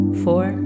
four